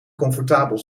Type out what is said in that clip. comfortabel